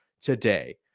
today